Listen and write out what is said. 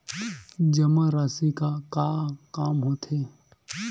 जमा राशि का काम आथे?